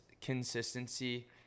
consistency